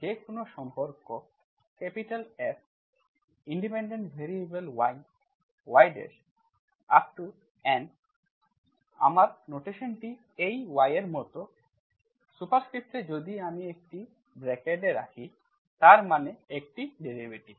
যে কোন সম্পর্ক Fyyy ynx0 আমার নোটেশনটি এই y এর মতো সুপারস্ক্রিপ্টে যদি আমি একটি ব্র্যাকেট এ রাখি তার মানে একটি ডেরিভেটিভ